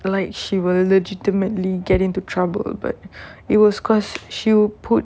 like she will illegitimately get into trouble it was because she'll put